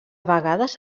vegades